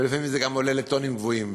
ולפעמים זה גם עולה לטונים גבוהים,